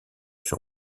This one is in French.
sur